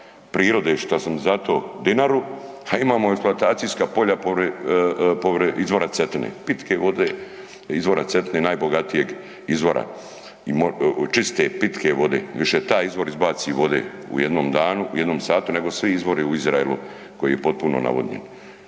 prirode, što smo za to, Dinaru, a imamo eksploatacijska polja pored izvora Cetine pitke vode izvora Cetine, najbogatijeg izvora i čiste, pitke vode. Više taj izvor izbaci vode, u jednom danu, u jednom satu nego svi izvori u Izraelu koji je potpuno navodnjen.